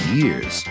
years